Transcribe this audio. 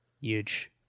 Huge